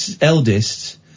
eldest